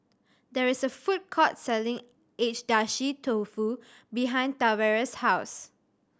there is a food court selling Agedashi Dofu behind Tavares' house